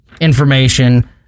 information